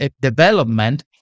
development